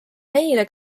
neile